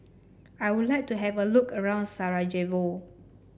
I would like to have a look around Sarajevo